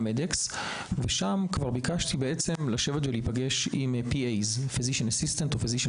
ושם ביקשתי לשבת ולהיפגש עם PAs Physician Assistants או Physician